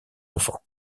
enfants